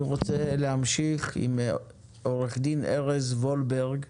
אני רוצה להמשיך עם עורך דין ארז וולברג,